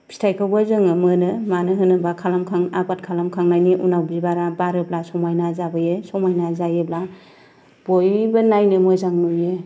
फिथाइखौबो जोङो मोनो मानो होनोब्ला आबाद खालामखांनायनि उनाव बिबारा बारोब्ला समायना जाबोयो समायना जायोब्ला बयबो नायनो मोजां नुयो